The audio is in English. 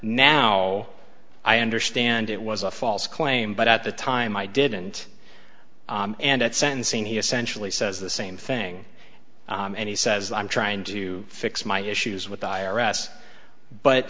now i understand it was a false claim but at the time i didn't and at sentencing he essentially says the same thing and he says i'm trying to fix my issues with the i r s but